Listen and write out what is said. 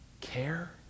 care